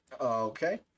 Okay